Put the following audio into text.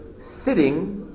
sitting